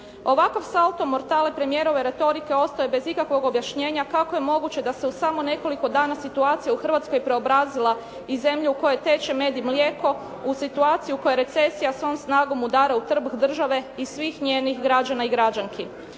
Ovakav salto mortale premijerove retorike ostao je bez ikakvog objašnjenja kako je moguće da se u samo nekoliko dana situacija u Hrvatskoj preobrazila iz zemlje u kojoj teče med i mlijeko u situaciju u kojoj recesija svom snagom udara u trbuh države i svih njenih građana i građanki.